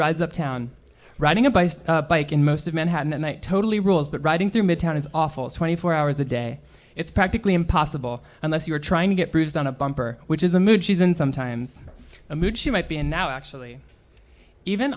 rides up town riding a biased bike in most of manhattan and that totally rules but riding through midtown is awful twenty four hours a day it's practically impossible unless you're trying to get bruised on a bumper which is a mood she's in sometimes a mood she might be in now actually even